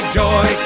joy